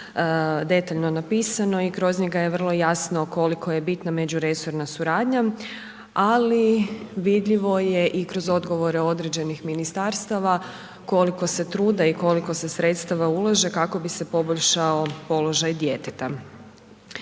detaljno napisano i kroz njega je vrlo jasno koliko je bitna međuresorna suradnja ali vidljivo je i kroz odgovore određenih ministarstava koliko se trude i koliko se sredstava ulaže kako bi se poboljšao položaj djeteta.